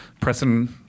pressing